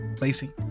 Lacey